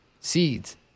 seeds